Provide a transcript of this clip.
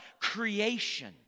Creation